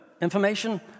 information